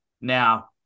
now